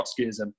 Trotskyism